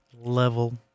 level